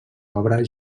obra